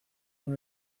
con